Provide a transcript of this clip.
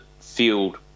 field